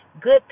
good